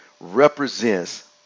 represents